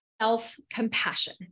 self-compassion